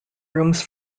rooms